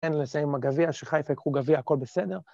‫אין לזה עם הגביע, ‫שחיפה יקחו גביע, הכול בסדר.